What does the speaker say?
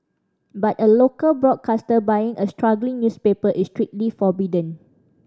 but a local broadcaster buying a struggling newspaper is strictly forbidden